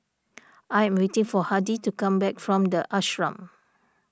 I am waiting for Hardy to come back from the Ashram